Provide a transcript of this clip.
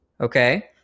Okay